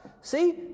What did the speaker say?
See